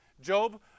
Job